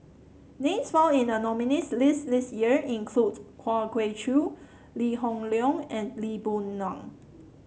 names found in the nominees' list this year include Kwa Geok Choo Lee Hoon Leong and Lee Boon Ngan